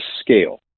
scale